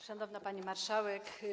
Szanowna Pani Marszałek!